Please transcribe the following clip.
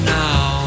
now